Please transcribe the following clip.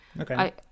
Okay